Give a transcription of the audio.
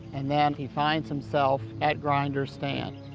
and then he finds himself at grinder's stand.